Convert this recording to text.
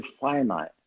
finite